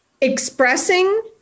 expressing